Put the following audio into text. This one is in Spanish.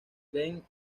trent